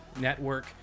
Network